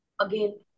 again